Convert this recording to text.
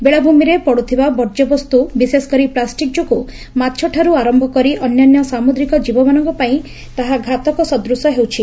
ବେଳାଭ୍ରମିରେ ପଡୁଥିବା ବର୍ଜ୍ୟବସ୍ୁ ବିଶେଷକରି ପ୍ଲାଷ୍ଟିକ୍ ଯୋଗୁଁ ମାଛଠାରୁ ଆର ସାମୁଦ୍ରିକ ଜୀବମାନଙ୍କ ପାଇଁ ତାହା ଘାତକ ସଦୂଶ ହେଉଛି